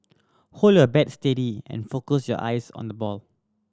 hold your bat steady and focus your eyes on the ball